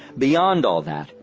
beyond all that,